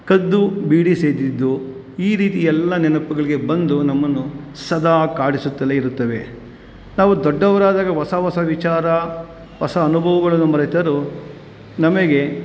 ಕದ್ದು ಬೀಡಿ ಸೇದಿದ್ದು ಈ ರೀತಿ ಎಲ್ಲ ನೆನಪುಗಳಿಗೆ ಬಂದು ನಮ್ಮನ್ನು ಸದಾ ಕಾಡಿಸುತ್ತಲೇ ಇರುತ್ತವೆ ನಾವು ದೊಡ್ಡವರಾದಾಗ ಹೊಸ ಹೊಸ ವಿಚಾರ ಹೊಸ ಅನುಭವಗಳನ್ನು ಮರೆತರೂ ನಮಗೆ